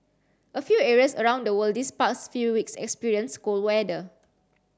a few areas around the world this past few weeks experienced cold weather